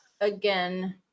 again